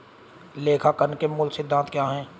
लेखांकन के मूल सिद्धांत क्या हैं?